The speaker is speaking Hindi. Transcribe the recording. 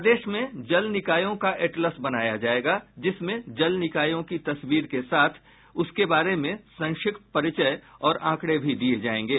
प्रदेश में जल निकायों का एटलस बनाया जायेगा जिसमें जल निकायों की तस्वीर के साथ उसके बारे में संक्षिप्त परिचय और आंकड़े भी दिये जायेंगे